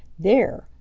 there,